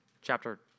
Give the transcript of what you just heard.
Chapter